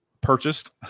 purchased